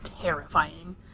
Terrifying